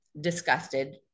disgusted